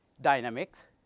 dynamics